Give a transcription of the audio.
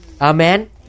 Amen